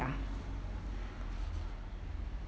ya